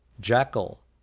jackal